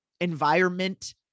environment